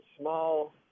small